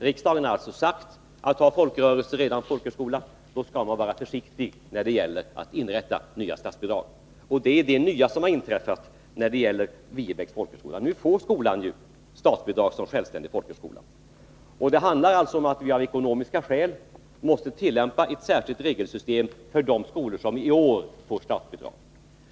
Riksdagen har alltså sagt att har en folkrörelse redan folkhögskola, skall man vara försiktig när det gäller att inrätta nya statsbidrag. Det är det nya som har inträffat när det gäller Viebäcks folkhögskola. Nu får skolan statsbidrag som självständig folkhögskola. Det handlar alltså om att vi av ekonomiska skäl måste tillämpa ett särskilt regelsystem för de skolor som i år får statsbidrag.